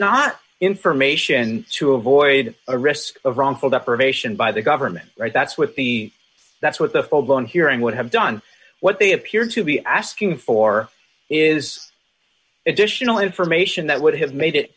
not information to avoid a risk of wrongful deprivation by the government or that's what the that's what the full blown hearing would have done what they appear to be asking for is additional information that would have made it